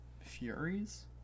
Furies